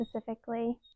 specifically